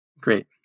Great